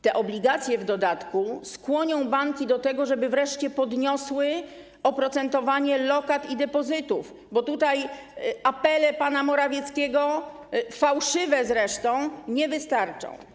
Te obligacje w dodatku skłonią banki do tego, żeby wreszcie podniosły oprocentowanie lokat i depozytów, bo tutaj apele pana Morawieckiego, fałszywe zresztą, nie wystarczą.